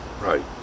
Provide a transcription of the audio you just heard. right